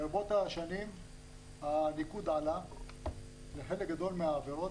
ברבות השנים הניקוד עלה בחלק גדול מהעבירות,